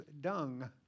dung